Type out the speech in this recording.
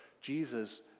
Jesus